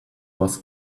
was